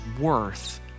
worth